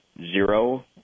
Zero